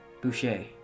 Boucher